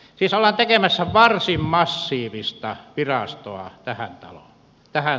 siis ollaan tekemässä varsin massiivista virastoa tähän maahan